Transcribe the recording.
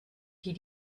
die